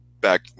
back